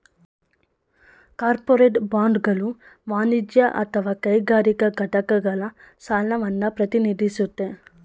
corporate ಬಾಂಡ್ಗಳು ವಾಣಿಜ್ಯ ಅಥವಾ ಕೈಗಾರಿಕಾ ಘಟಕಗಳ ಸಾಲವನ್ನ ಪ್ರತಿನಿಧಿಸುತ್ತೆ